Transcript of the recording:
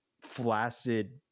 flaccid